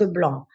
blanc